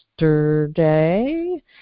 yesterday